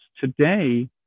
today